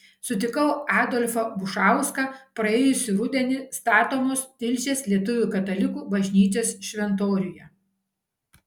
sutikau adolfą bušauską praėjusį rudenį statomos tilžės lietuvių katalikų bažnyčios šventoriuje